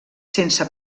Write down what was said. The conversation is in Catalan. sense